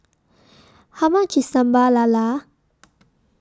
How much IS Sambal Lala